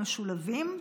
הם משולבים.